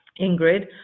Ingrid